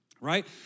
right